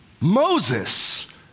Moses